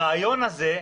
הרעיון הזה,